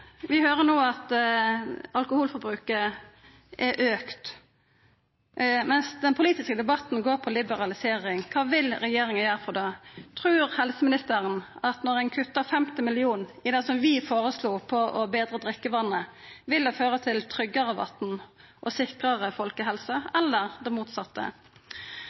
Vi høyrer no at alkoholforbruket har auka, mens den politiske debatten handlar om liberalisering. Kva vil regjeringa gjera med det? Trur helseministeren at når ein kuttar 50 mill. kr i det som vi føreslo for å betra drikkevatnet, vil føra til tryggare vatn og sikrare folkehelse – eller det motsette?